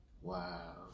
Wow